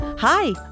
Hi